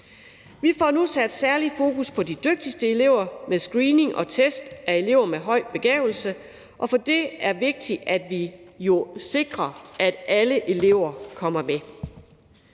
Vi får nu sat særlig fokus på de dygtigste elever med screening og test af elever med høj begavelse. Det er vigtigt, at vi sikrer, at alle elever kommer med.